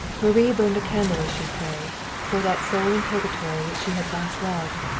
marie burned a candle as she prayed, for that soul in purgatory which she had once loved,